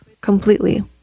completely